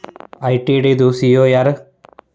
ITD ದು CEO ಯಾರು?